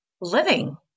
living